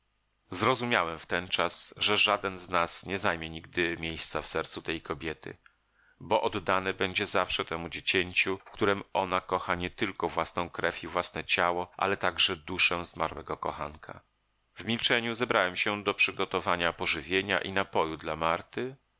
zrozumiałem wtenczas że żaden z nas nie zajmie nigdy miejsca w sercu tej kobiety bo oddane będzie zawsze temu dziecięciu w którem ona kocha nietylko własną krew i własne ciało ale także duszę zmarłego kochanka w milczeniu zabrałem się do przygotowania pożywienia i napoju dla marty